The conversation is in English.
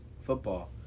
football